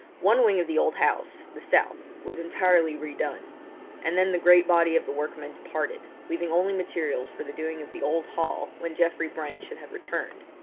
one wing of the old house, the south, was entirely re-done and then the great body of the workmen departed, leaving only materials for the doing of the old hall when geoffrey brent should have returned,